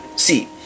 see